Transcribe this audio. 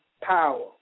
power